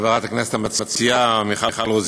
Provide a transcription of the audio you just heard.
חברת הכנסת המציעה מיכל רוזין,